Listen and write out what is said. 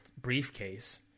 briefcase